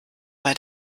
bei